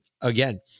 again